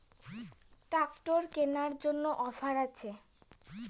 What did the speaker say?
Tractor কেনার জন্য offer আছে?